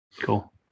Cool